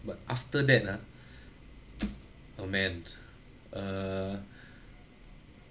but after that ah oh man err